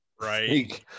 right